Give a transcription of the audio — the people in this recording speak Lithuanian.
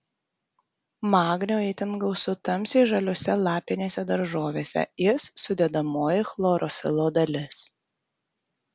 magnio itin gausu tamsiai žaliose lapinėse daržovėse jis sudedamoji chlorofilo dalis